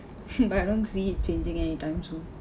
but I don't see it changing anytime soon